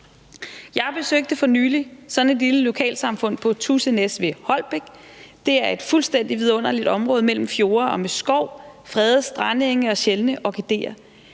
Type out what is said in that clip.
Jeg besøgte for nylig sådan et lille lokalsamfund på Tuse Næs ved Holbæk, der er et fuldstændig vidunderligt område mellem fjorde og med skov, fredede strandenge og sjældne orkideer,